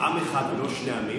עם אחד ולא שני עמים,